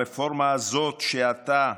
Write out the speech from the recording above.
הרפורמה הזאת שאתה,